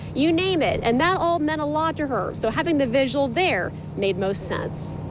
you name it. and that all meant a lot to her. so having the visual there made most sense.